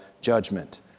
judgment